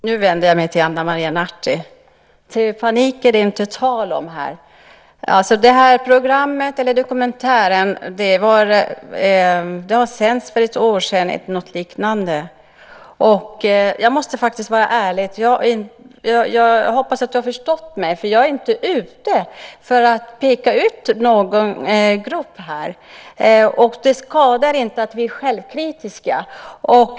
Fru talman! Nu vänder jag mig till Ana Maria Narti. Panik är det inte tal om här. Det har sänts något liknande det här programmet, den här dokumentären, för ett år sedan. Jag måste faktiskt vara ärlig och säga att jag hoppas att du har förstått mig. Jag är inte ute efter att peka ut någon grupp här, och det skadar inte att vi är självkritiska.